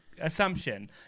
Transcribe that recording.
assumption